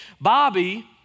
Bobby